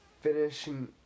finishing